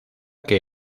que